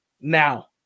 Now